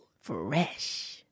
Fresh